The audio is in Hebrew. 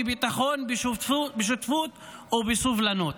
ושני העמים בשלום, בביטחון, בשותפות ובסובלנות.